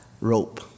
rope